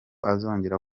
azongera